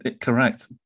Correct